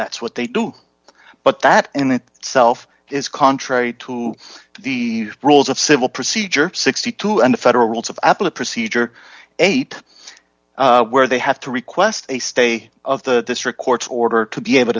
that's what they do but that in itself is contrary to the rules of civil procedure sixty two and the federal rules of apple a procedure eight where they have to request a stay of the district court's order to be able